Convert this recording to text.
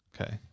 Okay